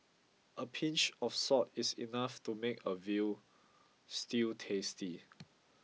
a pinch of salt is enough to make a view stew tasty